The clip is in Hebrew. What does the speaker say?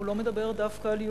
הוא לא מדבר דווקא על יהודי.